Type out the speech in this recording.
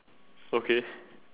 okay